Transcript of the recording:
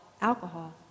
alcohol